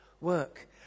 work